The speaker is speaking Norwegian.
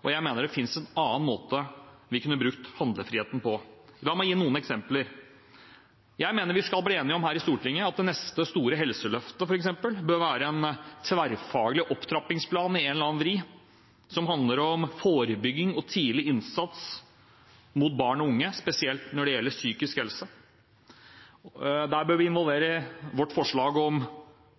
og jeg mener det finnes en annen måte vi kunne brukt handlefriheten på. La meg gi noen eksempler: Jeg mener vi skal bli enige om her i Stortinget at f.eks. det neste store helseløftet bør være en tverrfaglig opptrappingsplan i en eller annen vri som handler om forebygging og tidlig innsats rettet mot barn og unge, spesielt når det gjelder psykisk helse. Der bør vi involvere vårt forslag om